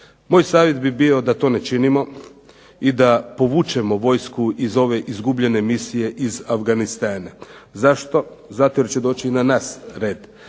Moj savjet bi bio da to ne činimo i da povučemo vojsku iz ove izgubljene misije iz Afganistana. Zašto? Zato jer će doći i na nas red.